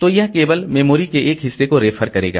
तो यह केवल मेमोरी के एक हिस्से को रेफर करेगा